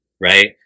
Right